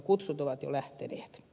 kutsut ovat jo lähteneet